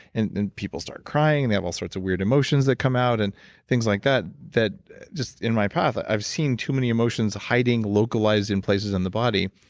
and people start crying. they have all sorts of weird emotions that come out and things like that, that just, in my path, i've seen too many emotions hiding localized in places on the body,